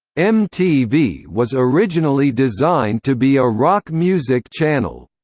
mtv was originally designed to be a rock music channel.